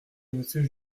monsieur